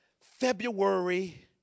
February